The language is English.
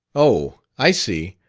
oh, i see.